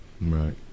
Right